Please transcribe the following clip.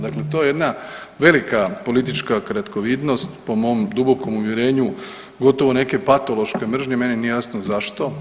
Dakle, to je jedna velika politička kratkovidnost po mom dubokom uvjerenju gotovo neke patološke mržnje, meni nije jasno zašto.